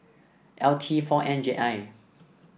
L T four N J I